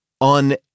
on